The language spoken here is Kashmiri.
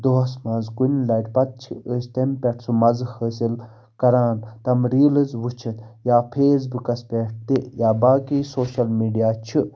دۄہَس منٛز کُنہِ لَٹہِ پَتہٕ چھِ أسۍ تَمہِ پٮ۪ٹھ سُہ مَزٕ حٲصِل کَران تِم ریٖلٕز وٕچھِتھ یا فیس بُکَس پٮ۪ٹھ تہِ یا باقٕے سوشَل میٖڈیا چھِ